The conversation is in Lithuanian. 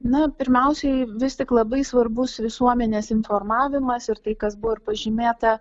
na pirmiausiai vis tik labai svarbus visuomenės informavimas ir tai kas buvo ir pažymėta